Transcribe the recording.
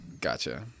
Gotcha